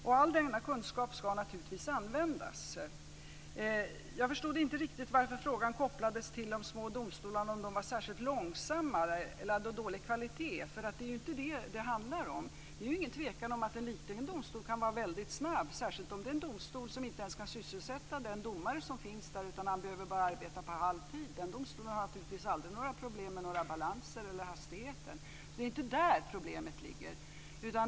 All denna kunskap ska naturligtvis användas. Jag förstod inte riktigt varför detta kopplades till frågan om de små domstolarna var särskilt långsamma eller av dålig kvalitet. Det är inte det som det handlar om. Det är ingen tvekan om att en liten domstol kan vara väldigt snabb - särskilt om det är en domstol som inte ens kan sysselsätta den domare som finns där. Han behöver bara arbeta på halvtid. Den domstolen har naturligtvis aldrig några problem med några balanser eller hastigheten. Det är inte där problemet ligger.